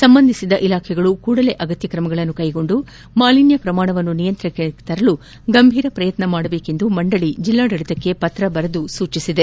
ಸಂಬಂಧಿಸಿದ ಇಲಾಖೆಗಳು ಕೂಡಲೆ ಅಗತ್ಯ ಕ್ರಮಗಳನ್ನು ಕೈಗೊಂಡು ಮಾಲಿನ್ಯ ಪ್ರಮಾಣವನ್ನು ನಿಯಂತ್ರಣಕ್ಕೆ ತರಲು ಗಂಭೀರ ಪ್ರಯತ್ನ ಮಾಡಬೇಕೆಂದು ಮಂಡಳಿ ಜಿಲ್ಲಾಡಳಿತಕ್ಕೆ ಪತ್ರ ಬರೆದು ಸೂಚಿಸಿದೆ